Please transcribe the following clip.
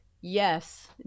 Yes